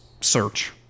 search